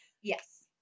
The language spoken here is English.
Yes